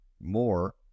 more